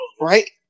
Right